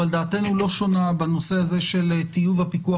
אבל דעתנו לא שונה בנושא הזה של טיוב הפיקוח